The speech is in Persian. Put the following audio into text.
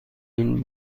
این